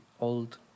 old